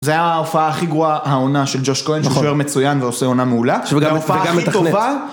זה היה ההופעה הכי גרועה העונה של ג'וש כהן, שהוא שוער מצוין ועושה עונה מעולה. וגם ההופעה הכי טובה.